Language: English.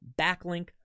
backlink